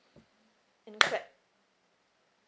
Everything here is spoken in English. and clap